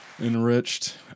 Enriched